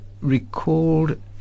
recalled